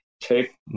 take